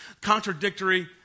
contradictory